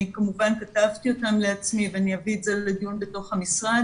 אני כמובן כתבתי אותם לעצמי ואני אביא את זה לדיון בתוך המשרד